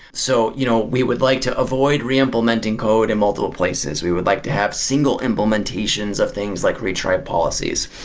so, you know we would like to avoid re-implementing code in multiple places. we would like to have single implementations of things like retry and policies.